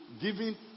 Giving